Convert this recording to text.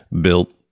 built